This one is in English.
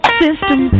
system